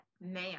now